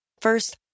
First